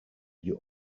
you